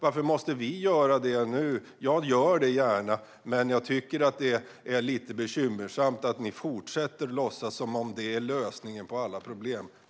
Varför måste vi göra det nu? Jag gör det gärna, men jag tycker att det är lite bekymmersamt att ni fortsätter att låtsas som att det är lösningen på alla problem.